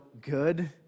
good